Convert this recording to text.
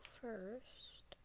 first